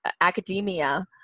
academia